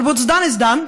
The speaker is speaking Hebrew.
אבל what's done is done,